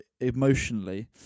emotionally